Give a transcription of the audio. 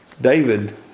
David